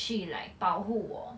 去 like 保护我